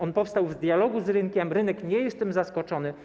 Ono powstało z dialogu z rynkiem, rynek nie jest tym zaskoczony.